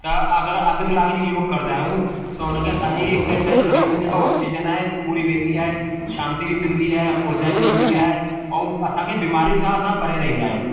त अगरि अधु कलाक जी योग कंदा आहियूं त उन खे असांजी हिकु त छा आहे असांजे शरीर में जेका ऑक्सीजन आहे पूरी वेंदी आहे शांती बि मिलंदी आहे ऊर्जा बि मिलंदी आहे ऐं असांखे बीमारी सां असां परे रहींदा आहियूं